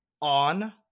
on